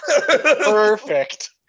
Perfect